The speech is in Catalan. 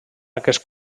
aquest